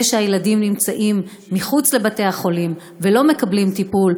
זה שהילדים נמצאים מחוץ לבתי-החולים ולא מקבלים טיפול,